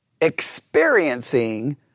Experiencing